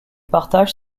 partage